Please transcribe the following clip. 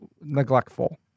neglectful